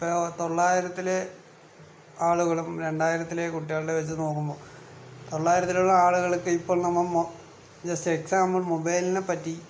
ഇപ്പോൾ തൊള്ളായിരത്തിലെ ആളുകളും രണ്ടായിരത്തിലെ കുട്ടികളുടെ വച്ച് നോക്കുമ്പോൾ തൊള്ളായിരത്തിലുള്ള ആളുകൾക്ക് ഇപ്പോൾ നമ്മൾ ജസ്റ്റ് എക്സാമ്പിൾ മൊബൈലിനെ പറ്റി